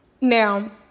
Now